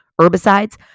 herbicides